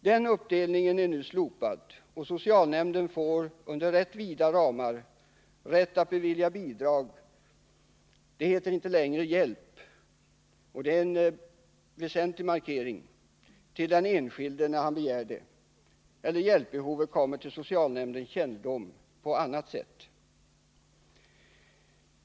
Den uppdelningen är nu slopad, och socialnämnden får med rätt vida ramar rätt att bevilja bidrag — det heter inte längre hjälp, och det är en väsentlig markering-— till den enskilde när han begär det eller hjälpbehovet kommer till socialnämndens kännedom på annat sätt.